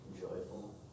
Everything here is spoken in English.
joyful